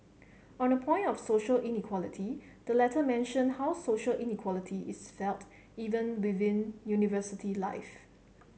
on the point of social inequality the letter mention how social inequality is felt even within university life